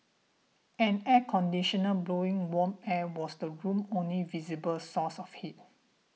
an air conditioner blowing warm air was the room's only visible source of heat